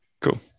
cool